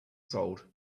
sold